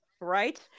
right